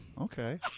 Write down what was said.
Okay